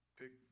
pick